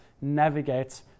navigate